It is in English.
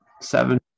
seven